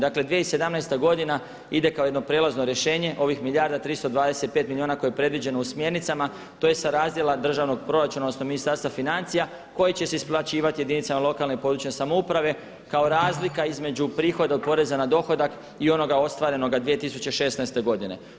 Dakle 2017. godina ide kao jedno prijelazno rješenje, ovih milijardu 325 milijuna koje je predviđeno u smjernicama to je sa razdjela državnog proračuna odnosno Ministarstva financija koje će se isplaćivati jedinice lokalne i područne samouprave kao razlika između prihoda od poreza na dohodak i onoga ostvarenoga 2016. godine.